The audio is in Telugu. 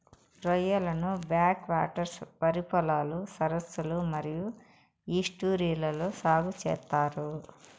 రొయ్యలను బ్యాక్ వాటర్స్, వరి పొలాలు, సరస్సులు మరియు ఈస్ట్యూరీలలో సాగు చేత్తారు